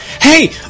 hey